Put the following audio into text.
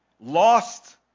lost